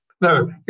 No